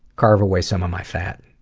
carve away some of my fat.